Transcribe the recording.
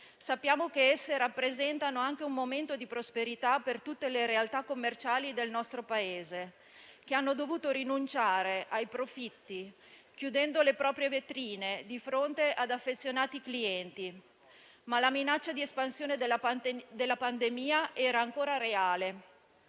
Sappiamo che esse rappresentano anche un momento di prosperità per tutte le realtà commerciali del nostro Paese, che hanno dovuto rinunciare ai profitti, chiudendo le proprie vetrine di fronte ad affezionati clienti. Ma la minaccia di espansione della pandemia era ancora reale.